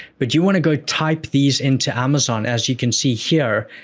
but do you want to go type these into amazon, as you can see here,